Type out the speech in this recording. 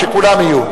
כשכולם יהיו.